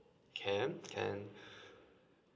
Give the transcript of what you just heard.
can can